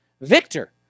Victor